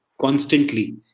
constantly